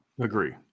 Agree